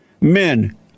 men